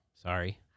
Sorry